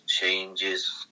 changes